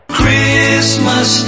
Christmas